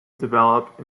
develop